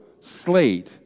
slate